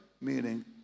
meaning